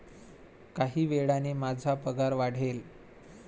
काही वेळाने माझा पगार वाढेल